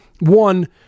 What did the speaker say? one